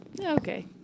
Okay